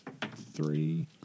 Three